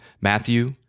Matthew